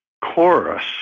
chorus